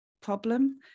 problem